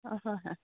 অঁ হয় হয়